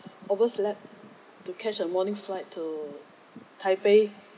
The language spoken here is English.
overslept to catch a morning flight to taipei